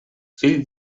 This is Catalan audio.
fill